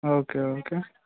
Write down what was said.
okay okay